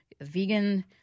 vegan